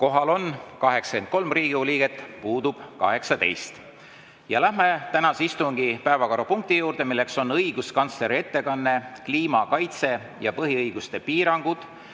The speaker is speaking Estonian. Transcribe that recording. Kohal on 83 Riigikogu liiget, puudub 18. Läheme tänase istungi päevakorrapunkti juurde. See on õiguskantsleri ettekanne "Kliima kaitse ja põhiõiguste piirangud".